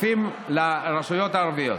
כספים לרשויות הערביות,